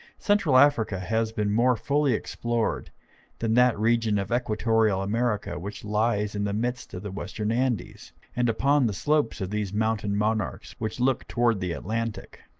central africa has been more fully explored than that region of equatorial america which lies in the midst of the western andes and upon the slopes of these mountain monarchs which look toward the atlantic.